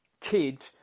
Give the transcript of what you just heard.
kid